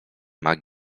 mag